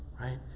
right